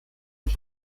und